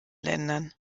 ländern